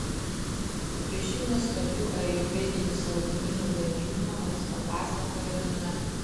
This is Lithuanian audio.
apie šių nuostabių ajurvedinių saldumynų gaminimą mums papasakojo lina